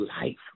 life